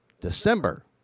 December